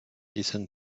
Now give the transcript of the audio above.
listen